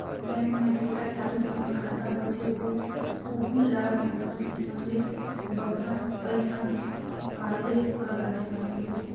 bank में जेकर चालू जमा खाता होथे ओहू ल ओकर सीमा ले बगरा पइसा हिंकाले कर अधिकार देथे